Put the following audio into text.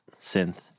synth